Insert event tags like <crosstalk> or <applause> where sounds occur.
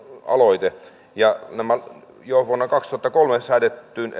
aloite tähän jo vuonna kaksituhattakolme säädettyyn <unintelligible>